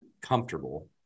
comfortable